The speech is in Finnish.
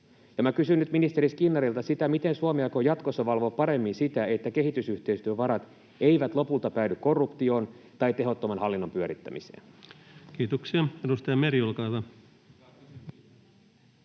Kysyn nyt ministeri Skinnarilta: miten Suomi aikoo jatkossa valvoa paremmin sitä, että kehitysyhteistyövarat eivät lopulta päädy korruptioon tai tehottoman hallinnon pyörittämiseen? [Speech 62] Speaker: Ensimmäinen